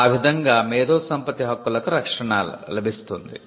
ఆ విధంగా మేధోసంపత్తి హక్కులకు సంరక్షణ లబిస్తుంది